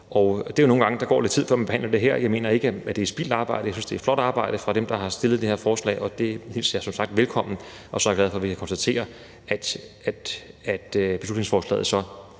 imødekommet. Nogle gange går der jo lidt tid, før man behandler det herinde, så jeg mener ikke, det er spildt arbejde. Jeg synes, det er et flot arbejde fra dem, der har fremsat det her forslag, og det hilser jeg som sagt velkommen. Jeg er glad for, at jeg kan konstatere, at beslutningsforslaget så